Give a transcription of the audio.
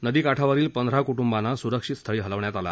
नदीकाठावरील पंधरा कुटुंबांना सुरक्षीत स्थळी हलवण्यात आलं